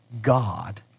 God